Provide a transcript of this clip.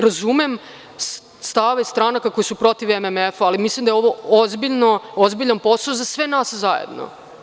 Razumem stav stranaka koje su protiv MMF-a, ali mislim da je ovo ozbiljan posao za sve nas zajedno.